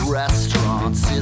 restaurants